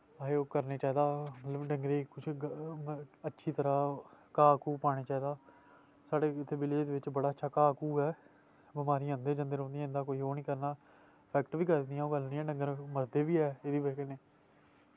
असें ओह् करना चाहिदा मतलब डंगरे किश अच्छी घाह् घुह् पाना चाहिदा साढ़े इत्थै विलेज च बड़ा अच्छा घाह् घुह् ऐ बमारियां औंदे जंदे रौंह्दियां इं'दा कोई ओह् निं करना रिएक्ट बी करदियां ओह् गल्ल निं ऐ डंगर मरदे बी ऐ एह्दी बजह् कन्ने